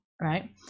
right